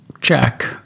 check